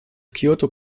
kyoto